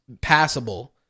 passable